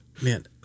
Man